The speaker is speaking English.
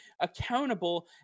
accountable